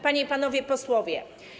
Panie i Panowie Posłowie!